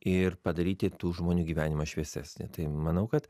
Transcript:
ir padaryti tų žmonių gyvenimą šviesesnį tai manau kad